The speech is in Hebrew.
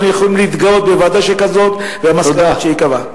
אנחנו יכולים להתגאות בוועדה שכזאת ובמסקנות שהיא קבעה.